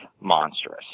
monstrous